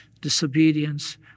disobedience